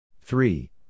Three